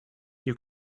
you